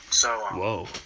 whoa